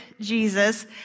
Jesus